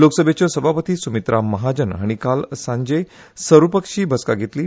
लोकसभेच्यो सभापती सुमित्रा महाजन हाणी काल सांजे सर्वपक्षिय बसका घेतली